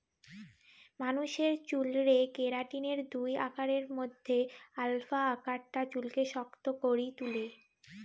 মানুষের চুলরে কেরাটিনের দুই আকারের মধ্যে আলফা আকারটা চুলকে শক্ত করি তুলে